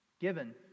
given